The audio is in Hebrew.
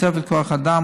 תוספת כוח אדם,